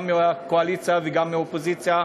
גם מהקואליציה וגם מהאופוזיציה.